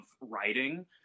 writing